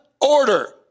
order